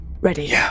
Ready